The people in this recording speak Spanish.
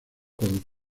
con